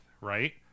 right